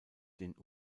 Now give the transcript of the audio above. den